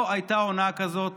לא הייתה הונאה כזאת